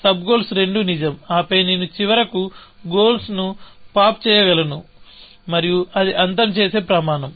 sub goals రెండూ నిజం ఆపై నేను చివరకుగోల్ ని పాప్ చేయగలను మరియు అది అంతం చేసే ప్రమాణం